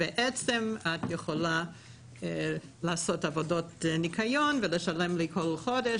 את יכולה לעשות עבודות ניקיון ולשלם לי כל חודש,